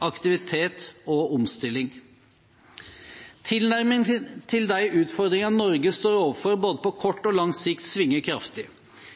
aktivitet og omstilling. Tilnærmingen til de utfordringene Norge står overfor på både kort og lang sikt, svinger kraftig.